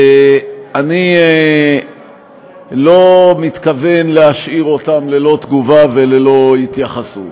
ואני לא מתכוון להשאיר אותם ללא תגובה וללא התייחסות.